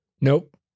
Nope